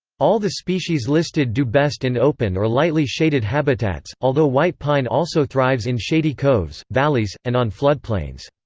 all the species listed do best in open or lightly shaded habitats, although white pine also thrives in shady coves, valleys, and on floodplains.